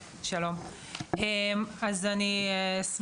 50% מכמה שאני, כבן אדם בוגר,